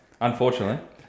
unfortunately